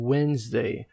Wednesday